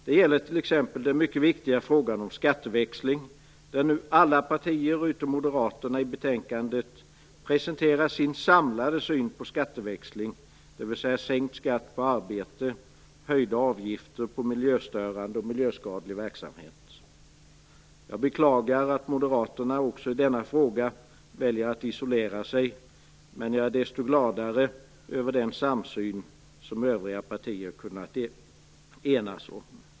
Det gäller t.ex. den mycket viktiga frågan om skatteväxling, där nu alla partier utom Moderaterna i betänkandet presenterar sin samlade syn på skatteväxling, dvs. sänkt skatt på arbete och höjda avgifter på miljöstörande och miljöskadlig verksamhet. Jag beklagar att Moderaterna också i denna fråga väljer att isolera sig, men desto gladare är jag över den samsyn som övriga partier har kunnat uppnå.